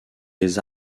des